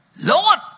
Lord